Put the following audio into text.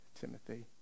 Timothy